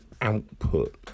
output